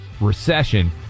recession